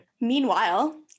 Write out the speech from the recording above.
Meanwhile